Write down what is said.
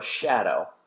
shadow